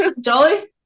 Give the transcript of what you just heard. Jolly